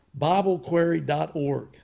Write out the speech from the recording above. biblequery.org